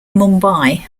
mumbai